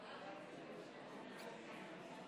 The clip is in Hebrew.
ההצבעה: